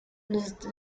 los